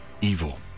evil